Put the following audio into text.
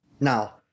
Now